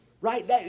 Right